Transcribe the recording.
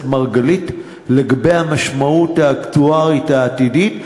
מרגלית לגבי המשמעות האקטוארית העתידית,